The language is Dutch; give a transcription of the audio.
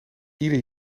ieder